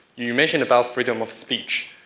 you mentioned about freedom of speech.